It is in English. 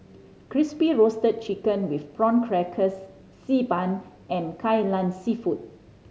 Crispy Roasted Chicken with Prawn Crackers Xi Ban and Kai Lan Seafood